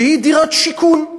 שהייתה דירת שיכון.